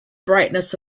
brightness